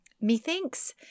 methinks